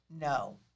No